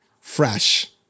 fresh